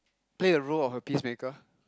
play a role of a peacemaker